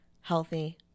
healthy